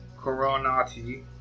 Coronati